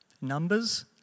numbers